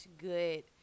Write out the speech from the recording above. good